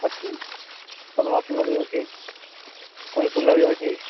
ଅଛି ପଦ୍ମଫୁଲ ବି ଅଛି କଇଁଫୁଲ ବି ଅଛି